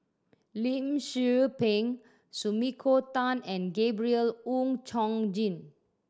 Lim Tze Peng Sumiko Tan and Gabriel Oon Chong Jin